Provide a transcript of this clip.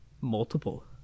multiple